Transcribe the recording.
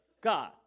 God